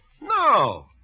No